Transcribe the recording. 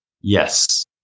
Yes